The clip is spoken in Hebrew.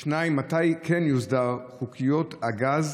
2. מתי כן תוסדר חוקיות הגז